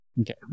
Okay